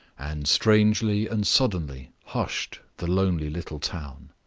and strangely and suddenly hushed the lonely little town.